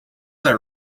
are